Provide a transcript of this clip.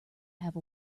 have